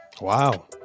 wow